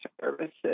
services